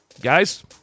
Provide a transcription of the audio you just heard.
guys